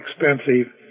expensive